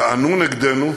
טענו נגדנו,